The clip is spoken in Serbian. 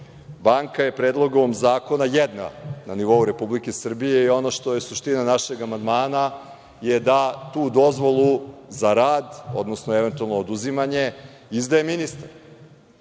Banka je Predlogom zakona jedna, na nivou Republike Srbije, i ono što je suština našeg amandmana je da tu dozvolu za rad, odnosno eventualno oduzimanje, izdaje ministar. Ne